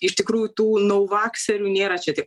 iš tikrųjų tų nauvakserių nėra čia tiek